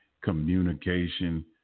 communication